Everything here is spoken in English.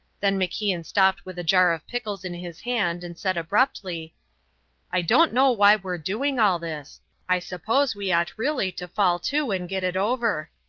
then macian stopped with a jar of pickles in his hand and said abruptly i don't know why we're doing all this i suppose we ought really to fall to and get it over.